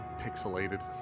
pixelated